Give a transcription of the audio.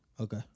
Okay